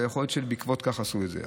ויכול להיות שבעקבות זה עשו את זה.